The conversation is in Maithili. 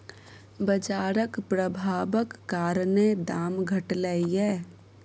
बजारक प्रभाबक कारणेँ दाम घटलै यै